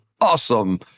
awesome